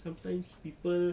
sometimes people